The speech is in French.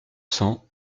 cents